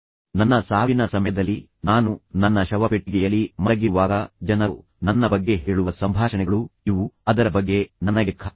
ನನ್ನ ಸಾವಿನ ಸಮಯದಲ್ಲಿ ನಾನು ನನ್ನ ಶವಪೆಟ್ಟಿಗೆಯಲ್ಲಿ ಮಲಗಿರುವಾಗ ಜನರು ನನ್ನ ಬಗ್ಗೆ ಹೇಳುವ ಸಂಭಾಷಣೆಗಳು ಇವು ಅದರ ಬಗ್ಗೆ ನನಗೆ ಖಾತ್ರಿಯಿದೆ